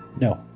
No